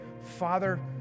Father